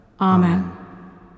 Amen